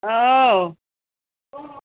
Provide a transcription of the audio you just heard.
ꯑꯧ